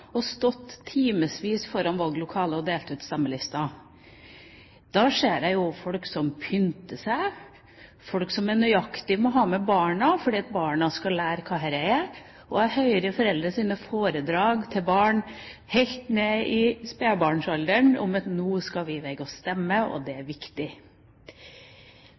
stått timevis foran valglokalet og delt ut stemmelister. Da ser jeg jo folk som pynter seg, folk som er nøyaktige med å ha med barna for at barna skal lære hva dette er, og jeg hører foreldrenes foredrag til barn helt ned i spedbarnsalderen om at nå skal vi i vei og stemme, og det er viktig.